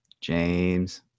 James